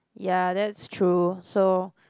ya that's true so